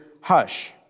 hush